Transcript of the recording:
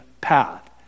path